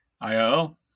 i-o